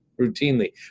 routinely